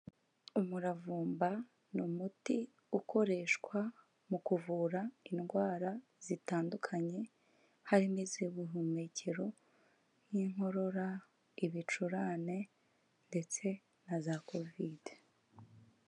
Umuravumba ni umuti ukoreshwa mu kuvura indwara zitandukanye, harimo iz'ubuhumekero nk'inkorora, ibicurane, ndetse na za kovide